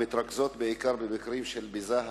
המתרכזות בעיקר במקרים של ביזה,